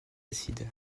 acide